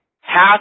Half